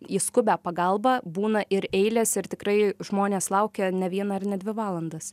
į skubią pagalbą būna ir eilės ir tikrai žmonės laukia ne vieną ir ne dvi valandas